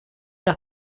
nach